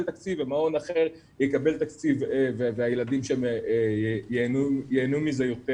תקציב ומעון אחר יקבל תקציב והילדים שם ייהנו מזה יותר.